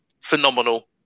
phenomenal